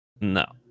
No